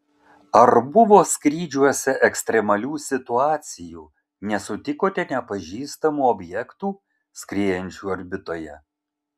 ar buvo skrydžiuose ekstremalių situacijų nesutikote nepažįstamų objektų skriejančių orbitoje